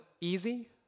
easy